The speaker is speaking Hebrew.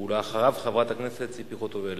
ואחריו, חברת הכנסת ציפי חוטובלי.